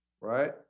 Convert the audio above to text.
Right